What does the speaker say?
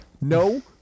no